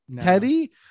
teddy